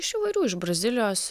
iš įvairių iš brazilijos